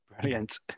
Brilliant